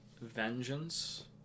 vengeance